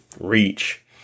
reach